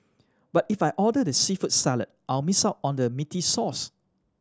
but if I order the seafood salad I'll miss out on the meaty sauce